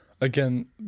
Again